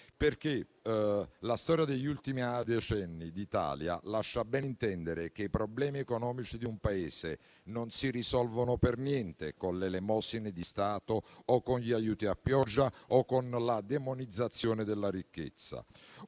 La storia degli ultimi decenni d'Italia lascia ben intendere che i problemi economici di un Paese non si risolvono per niente con l'elemosina di Stato o con gli aiuti a pioggia o con la demonizzazione della ricchezza.